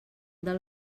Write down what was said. del